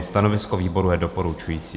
Stanovisko výboru je doporučující.